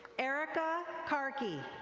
erica carkey.